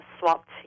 swapped